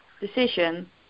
decision